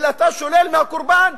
אלא אתה שולל מהקורבן,